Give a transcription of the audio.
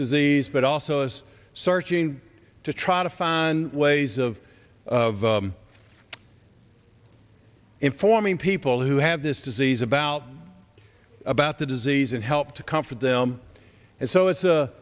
disease but also as searching to try to find ways of of informing people who have this disease about about the disease and help to comfort them and so it's a